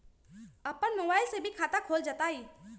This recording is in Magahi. अपन मोबाइल से भी खाता खोल जताईं?